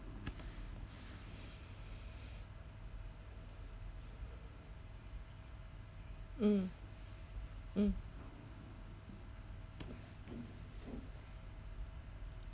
mm mm